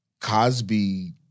Cosby